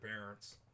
parents